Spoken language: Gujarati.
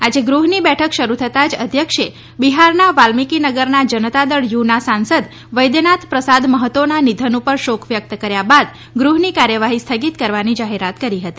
આજે ગૃહની બેઠક શરૂ થતા જ અધ્યક્ષે બિહારના વાલ્મિકી નગરના જનતા દળ યુનાં સાંસદ વૈદ્યનાથ પ્રસાદ મહતોનાં નિધન ઉપર શોક વ્યકત કર્યા બાદ ગૃહની કાર્યવાહી સ્થગિત કરવાની જાહેરાત કરી હતી